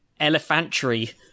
elephantry